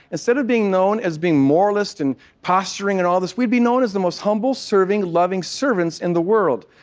instead of being known as being moralist and posturing and all of this, we'd be known as the most humble, serving, loving, servants in the world.